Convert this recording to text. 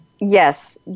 Yes